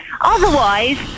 Otherwise